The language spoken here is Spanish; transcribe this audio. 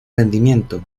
rendimiento